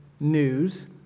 News